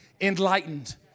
enlightened